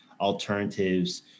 alternatives